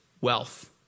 wealth